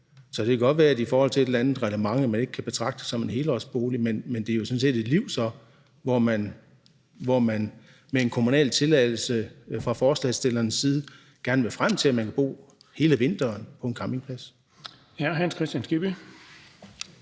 Så det kan godt være, at man i forhold til et eller andet reglement ikke kan betragte det som en helårsbolig, men det er jo sådan set et liv så, hvor man med en kommunal tilladelse gerne vil frem til fra forslagsstillernes side, at man kan bo hele vinteren på en campingplads.